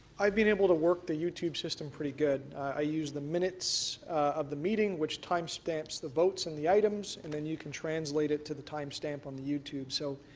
i've been able to work the you tube system pretty good. i use the minutes of the meeting which time stamps the votes and the items and and you can translate it to the time stamp on the you tube. so